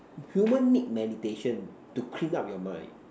human need meditation to clean up your mind